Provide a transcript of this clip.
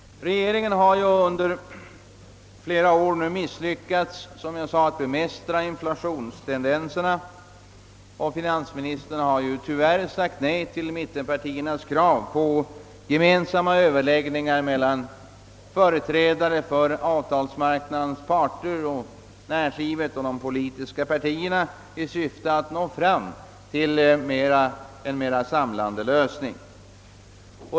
Regeringen har som jag sade inte lyckats bemästra inflationstendenserna, och finansministern har tyvärr sagt nej till mittenpartiernas krav till gemensamma överläggningar mellan företrädare för arbetsmarknadens parter, näringslivet och de politiska partierna i syfte att nå fram till en mer samlande lösning.